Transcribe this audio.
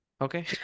okay